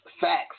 Facts